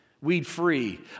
weed-free